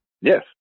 yes